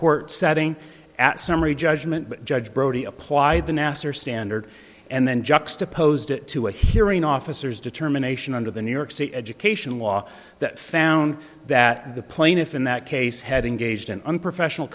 court setting at summary judgment but judge brody applied the nassar standard and then juxtaposed it to a hearing officers determination under the new york state education law that found that the plaintiff in that case had engaged in unprofessional